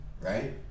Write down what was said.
right